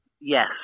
yes